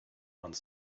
one